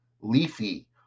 Leafy